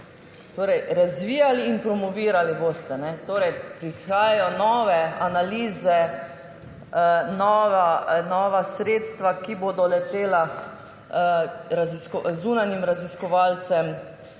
Razvijali in promovirali boste. Torej prihajajo nove analize, nova sredstva, ki bodo letela zunanjim raziskovalcem,